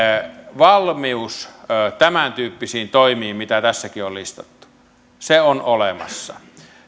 valmius tämäntyyppisiin toimiin mitä tässäkin on listattu on olemassa